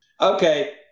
Okay